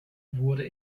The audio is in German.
wurde